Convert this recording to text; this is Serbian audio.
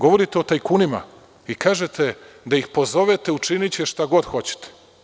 Govorite o tajkunima i kažete – da ih pozovete, učiniće šta god hoćete.